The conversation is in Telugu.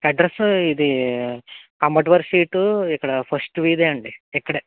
అడ్రసు ఇది అంబట్టి వారి స్ట్రీటు ఇక్కడ ఫస్ట్ వీధి అండి ఇక్కడే